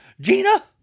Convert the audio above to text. Gina